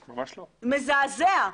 מזעזע.